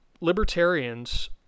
libertarians